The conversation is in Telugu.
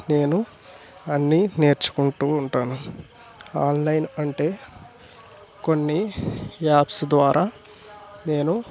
నేను అన్నీ నేర్చుకుంటు ఉంటాను ఆన్లైన్ అంటే కొన్ని యాప్స్ ద్వారా నేను